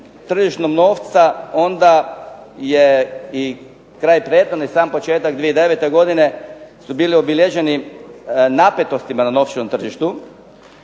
tržištu novca onda je i kraj prethodne i sam početak 2009. godine su bili obilježeni napetostima na novčanom tržištu.